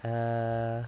err